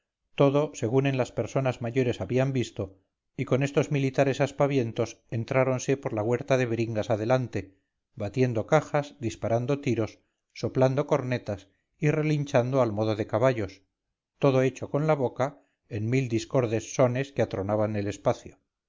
todo según en las personas mayores habían visto y con estos militares aspavientos entráronse por la huerta de bringas adelante batiendo cajas disparando tiros soplando cornetas y relinchando al modo de caballos todo hecho con la boca en mil discordes sones que atronaban elespacio